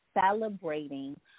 celebrating